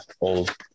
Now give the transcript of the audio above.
old